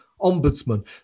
ombudsman